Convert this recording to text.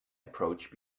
approach